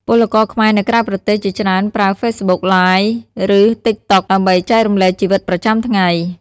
ពលករខ្មែរនៅក្រៅប្រទេសជាច្រើនប្រើ Facebook Live ឬ TikTok ដើម្បីចែករំលែកជីវិតប្រចាំថ្ងៃ។